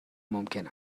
ممکن